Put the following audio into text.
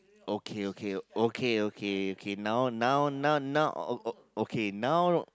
okay okay okay okay okay now now now now o~ o~ okay now